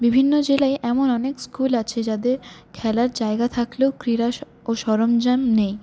বিভিন্ন জেলায় এমন অনেক স্কুল আছে যাদের খেলার জায়গা থাকলেও ক্রীড়া ও সরঞ্জাম নেই